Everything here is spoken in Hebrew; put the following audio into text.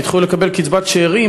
והתחילו לקבל קצבת שאירים,